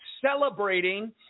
celebrating